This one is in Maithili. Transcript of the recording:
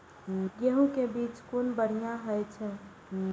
गैहू कै बीज कुन बढ़िया होय छै?